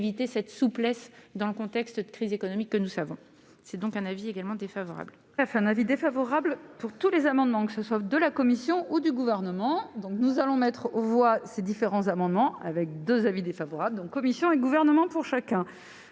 réactivité, cette souplesse dans le contexte de crise économique que nous savons, c'est donc un avis également défavorable. Un avis défavorable pour tous les amendements, que ce soit de la commission ou du gouvernement, donc nous allons mettre voix ces différents amendements avec 2 avis défavorables. Commission et le gouvernement pour chacun